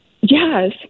Yes